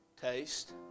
Taste